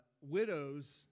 widows